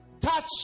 touch